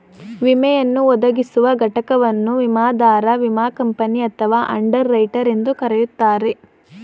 ವಿಮೆಯನ್ನು ಒದಗಿಸುವ ಘಟಕವನ್ನು ವಿಮಾದಾರ ವಿಮಾ ಕಂಪನಿ ಅಥವಾ ಅಂಡರ್ ರೈಟರ್ ಎಂದು ಕರೆಯುತ್ತಾರೆ